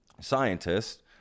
scientists